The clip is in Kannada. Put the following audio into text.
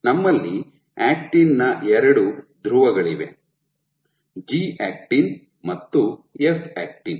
ನಮ್ಮಲ್ಲಿ ಆಕ್ಟಿನ್ ನ ಎರಡು ಧ್ರುವಗಳಿವೆ ಜಿ ಆಕ್ಟಿನ್ ಮತ್ತು ಎಫ್ ಆಕ್ಟಿನ್